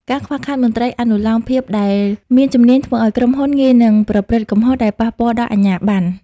ការខ្វះខាតមន្ត្រីអនុលោមភាពដែលមាន ជំនាញ ធ្វើឱ្យក្រុមហ៊ុនងាយនឹងប្រព្រឹត្តកំហុសដែលប៉ះពាល់ដល់អាជ្ញាបណ្ណ។